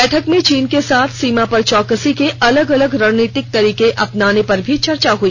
बैठक में चीन के साथ सीमा पर चौकसी के अलग अलग रणनीतिक तरीके अपनाने पर भी चर्चा हुई